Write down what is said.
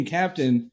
captain